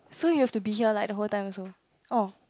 so you have to be here like the whole time also orh